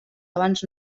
abans